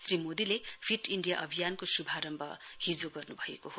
श्री मोदीले fit India अभियानको शुभारम्भ हिजो गर्नुभएको हो